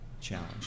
challenge